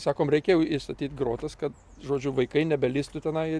sakom reikia jau įstatyt grotas kad žodžių vaikai nebelįstų tenai